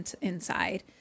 inside